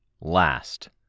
Last